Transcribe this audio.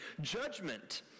Judgment